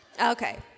Okay